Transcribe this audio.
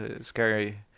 scary